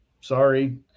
sorry